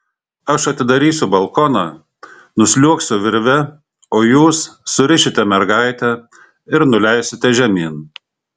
aš atidarysiu balkoną nusliuogsiu virve o jūs surišite mergaitę ir nuleisite žemyn